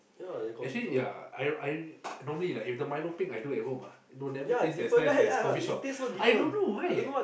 actually ya I I normally right if the milo peng I do at home ah it will never taste as nice as the coffee shop I don't know why eh